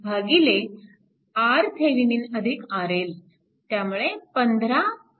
त्यामुळे 1548 1512